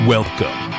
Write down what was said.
Welcome